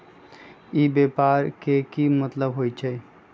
ई व्यापार के की मतलब होई छई?